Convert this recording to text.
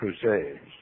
Crusades